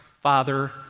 Father